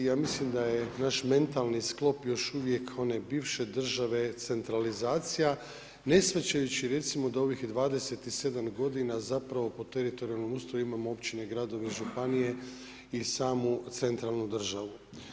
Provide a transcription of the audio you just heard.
Ja mislim, daje naš metalni sklop još uvijek onaj bivše države, centralizacija, ne shvaćajući recimo da ovih 27 g. zapravo pod teritorijalnom ustroju imamo općine, gradove i županije i samo centralnu državu.